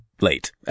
late